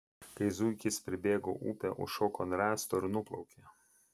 kai zuikis pribėgo upę užšoko ant rąsto ir nuplaukė